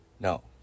No